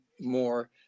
more